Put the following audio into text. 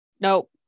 Nope